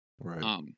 Right